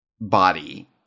body